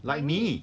like me